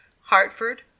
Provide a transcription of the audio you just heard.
Hartford